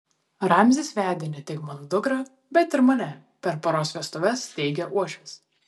ramzis vedė ne tik mano dukrą bet ir mane per poros vestuves teigė uošvis